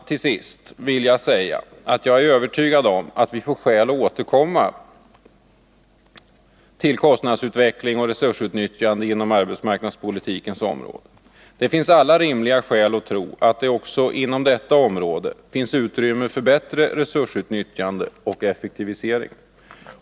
Till sist vill jag säga att jag är övertygad om att vi får skäl att återkomma till kostnadsutvecklingen och resursutnyttjandet inom arbetsmarknadspolitikens område. Det finns alla rimliga skäl att tro att det också inom detta område finns utrymme för bättre resursutnyttjande och effektivisering.